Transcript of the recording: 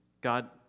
God